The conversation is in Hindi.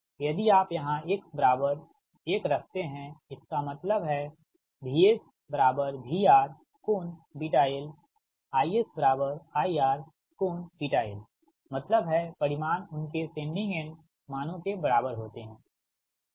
यदि आप यहां x बराबर 1 रखते है इसका मतलब है VSVR∠I ISIR∠l मतलब हैपरिमाण उनके सेंडिंग एंड मानों के बराबर होते हैं